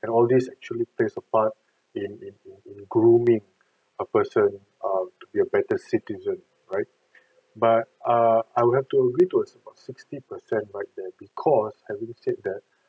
and all these actually plays a part in in in in grooming a person um to be a better citizen right but ah I would have to agree to as about sixty percent right that because I already said that